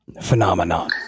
phenomenon